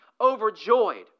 overjoyed